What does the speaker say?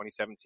2017